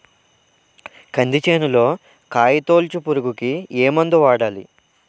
కంది చేనులో కాయతోలుచు పురుగుకి ఏ మందు వాడాలి?